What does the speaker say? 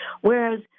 Whereas